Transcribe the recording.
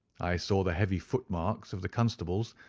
i saw the heavy footmarks of the constables,